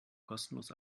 kostenlos